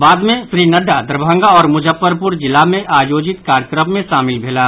बाद मे श्री नड्डा दरभंगा आओर मुजफ्फरपुर जिला मे आयोजित कार्यक्रम मे शामिल भेलाह